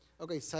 okay